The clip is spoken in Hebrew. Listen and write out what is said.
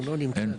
נציג.